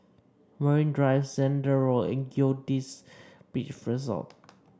Marine Drive Zehnder Road and Goldkist Beach Resort